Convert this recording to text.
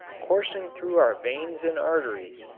coursing through our veins and arteries,